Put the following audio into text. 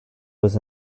was